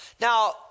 now